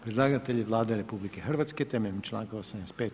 Predlagatelj je Vlada RH temeljem članka 85.